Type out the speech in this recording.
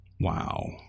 wow